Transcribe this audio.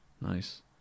Nice